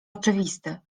oczywisty